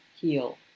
heal